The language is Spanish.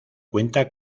cuenta